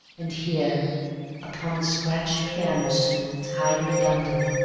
and here upon the scratched piano stool, tied in a bundle,